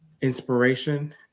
inspiration